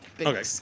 Okay